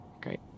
Great